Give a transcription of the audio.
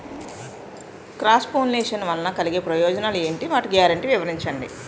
Cross pollination వలన కలిగే ప్రయోజనాలు ఎంటి? వాటి గ్యారంటీ వివరించండి?